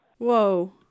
Whoa